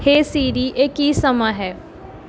ਹੇ Siri ਇਹ ਕੀ ਸਮਾਂ ਹੈ